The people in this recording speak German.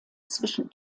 zwischen